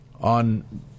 on